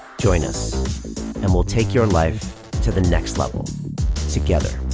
join us and we'll take your life to the next level together.